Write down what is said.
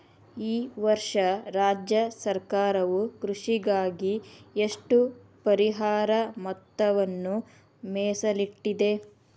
ಈ ವರ್ಷ ರಾಜ್ಯ ಸರ್ಕಾರವು ಕೃಷಿಗಾಗಿ ಎಷ್ಟು ಪರಿಹಾರ ಮೊತ್ತವನ್ನು ಮೇಸಲಿಟ್ಟಿದೆ?